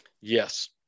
Yes